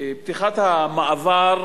שפתיחת המעבר,